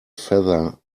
feather